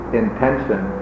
intention